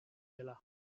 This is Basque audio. dela